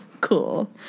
cool